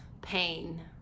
pain